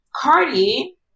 Cardi